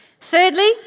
Thirdly